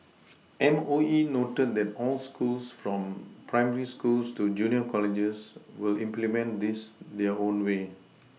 M O E noted that all schools from primary schools to junior colleges will implement this their own way